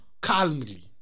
calmly